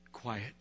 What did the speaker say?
Quiet